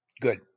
Good